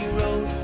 road